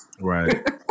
Right